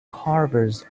carvers